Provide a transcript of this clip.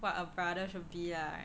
what a brother should be lah